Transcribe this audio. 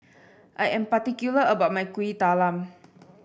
I am particular about my Kuih Talam